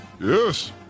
Yes